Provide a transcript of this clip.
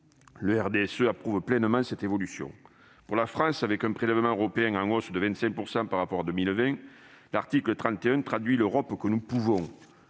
Le RDSE approuve pleinement cette évolution. Pour la France, avec un prélèvement européen en hausse de 25 % par rapport à 2020, l'article 31 traduit l'Europe que nous pouvons.